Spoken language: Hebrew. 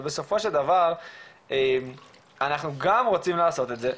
ובסופו של דבר אנחנו גם רוצים לעשות את זה,